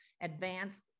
advance